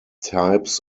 types